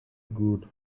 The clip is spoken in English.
good